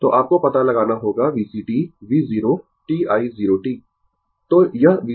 तो आपको पता लगाना होगा VCt V 0 t i 0 t